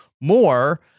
more